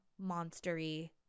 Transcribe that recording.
monstery